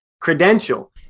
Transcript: credential